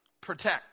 protect